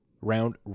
Round